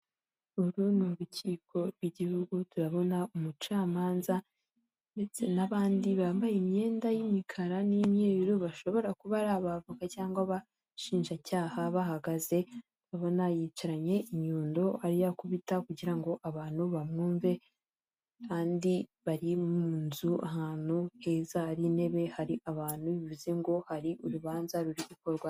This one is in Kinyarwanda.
Uru ni urukiko rw igihugu turabona umucamanza ndetse n'abandi bambaye imyenda y'imikara n'imyeru bashobora kuba ari abavoka cyangwa abashinjacyaha bahagaze urabona yicaranye inyundo ari gukubita kugira ngo abantu bamwumve, kandi bari mu nzu ahantu heza ari intebe hari abantu bivuze ngo hari urubanza ruri gukorwa.